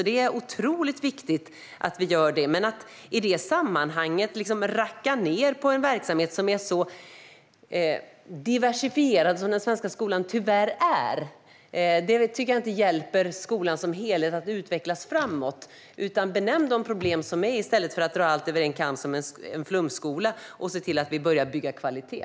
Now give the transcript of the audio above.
Det är otroligt viktigt att vi gör detta, men att i det sammanhanget racka ned på en verksamhet som är så diversifierad som den svenska skolan tyvärr är tycker jag inte hjälper skolan som helhet att utvecklas framåt. Benämn de problem som finns i stället för att dra allt över en kam som en flumskola, och se till att vi börjar bygga kvalitet!